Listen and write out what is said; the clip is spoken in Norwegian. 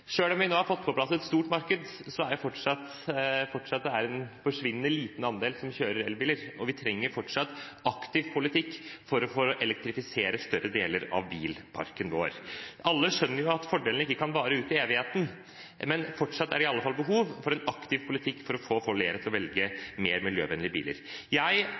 om vi nå har fått på plass et stort marked, er det fortsatt en forsvinnende liten andel som kjører elbil, og vi trenger fortsatt aktiv politikk for å elektrifisere større deler av bilparken vår. Alle skjønner at fordelene ikke kan vare ut i evigheten, men fortsatt er det iallfall behov for en aktiv politikk for å få flere til å velge mer miljøvennlige biler. Jeg